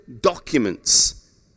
documents